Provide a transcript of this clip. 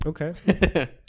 Okay